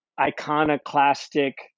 iconoclastic